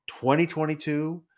2022 –